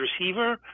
receiver